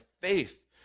faith